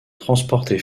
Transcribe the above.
transporté